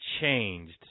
changed